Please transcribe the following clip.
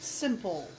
simple